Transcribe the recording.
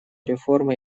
реформы